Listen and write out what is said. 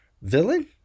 villain